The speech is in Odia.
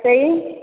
ରୋଷେଇ